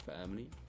family